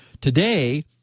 Today